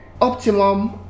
optimum